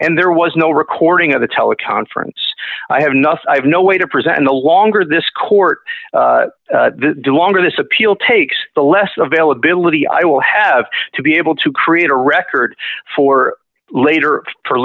and there was no recording of the teleconference i have enough i have no way to present the longer this court the longer this appeal takes the less availability i will have to be able to create a record for later for